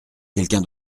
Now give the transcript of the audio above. quelqu’un